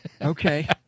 Okay